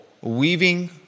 weaving